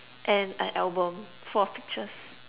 and an album full of pictures